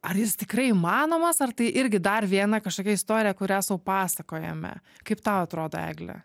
ar jis tikrai įmanomas ar tai irgi dar viena kažkokia istorija kurią sau pasakojame kaip tau atrodo egle